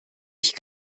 ich